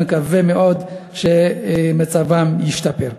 אני מקווה מאוד שמצבם ישתפר.